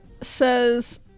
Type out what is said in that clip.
says